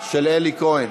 של אלי כהן.